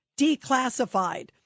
declassified